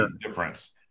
difference